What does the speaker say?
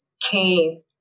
came